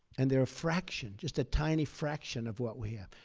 and they're a fraction, just a tiny fraction of what we have.